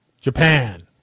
Japan